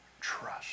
trust